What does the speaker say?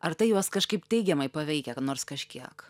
ar tai juos kažkaip teigiamai paveikia nors kažkiek